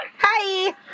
hi